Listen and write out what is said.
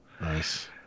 Nice